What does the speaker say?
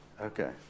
Okay